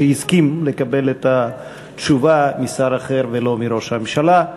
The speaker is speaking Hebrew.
שהסכים לקבל את התשובה משר אחר ולא מראש הממשלה.